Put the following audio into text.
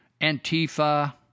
Antifa